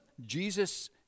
Jesus